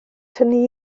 tynnu